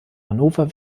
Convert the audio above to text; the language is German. hannover